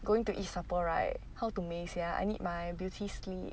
going to eat supper right how to 美 sia I need my beauty sleep